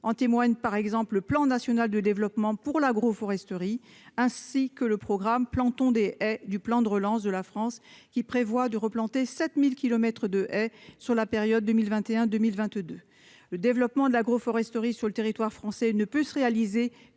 en témoigne par exemple le plan national de développement pour l'agro-foresterie ainsi que le programme planton des du plan de relance de la France, qui prévoit de replanter 7000 kilomètres de sur la période 2021 2022, le développement de l'agroforesterie sur le territoire français, ne peut se réaliser